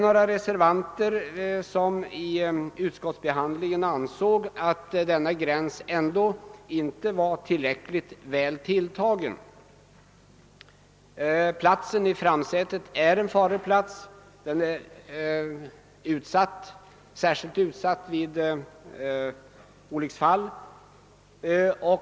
Några reservanter i utskottet anser att denna gräns ändå inte är tillräckligt väl tilltagen. Platsen i framsätet är en farlig plats. Den är särskilt utsatt vid olyckshändelser.